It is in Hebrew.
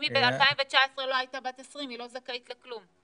אם היא ב-2019 לא הייתה בת 20 היא לא זכאית לכלום.